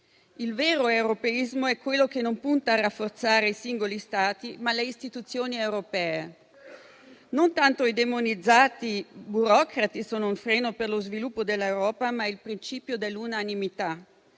Il vero europeismo è quello che punta a rafforzare non i singoli Stati, ma le istituzioni europee. Non tanto i demonizzati burocrati sono un freno per lo sviluppo dell'Europa, ma lo è il principio dell'unanimità.